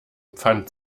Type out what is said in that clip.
pfand